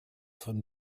von